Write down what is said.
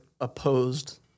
opposed